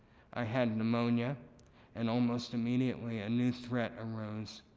i had pneumonia and almost immediately a new threat arose,